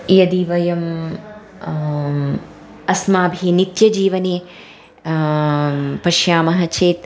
यदि वयम् अस्माभिः नित्यजीवने पश्यामः चेत्